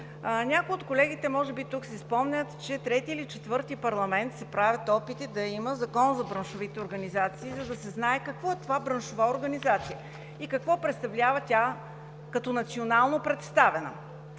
Някои от колегите може би си спомнят, че трети или четвърти парламент се правят опити да има Закон за браншовите организации, за да се знае какво е това „браншова организация“ и какво представлява, когато е национално представена.